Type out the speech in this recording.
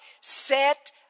set